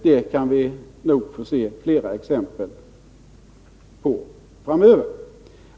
Det kan vi nog få se flera exempel på framöver.